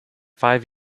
five